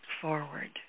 forward